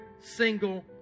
single